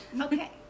Okay